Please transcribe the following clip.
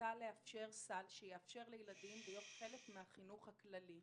הייתה לאפשר סל שיאפשר לילדים להיות חלק מן החינוך הכללי.